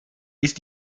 ist